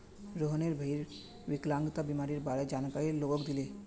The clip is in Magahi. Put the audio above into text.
रोहनेर भईर विकलांगता बीमारीर बारे जानकारी लोगक दीले